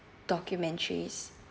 documentaries